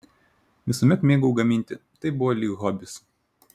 visuomet mėgau gaminti tai buvo lyg hobis